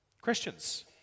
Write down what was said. Christians